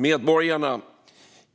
Medborgarna